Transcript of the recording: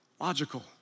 Logical